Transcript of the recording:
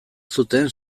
zuten